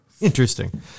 Interesting